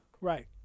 right